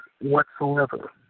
whatsoever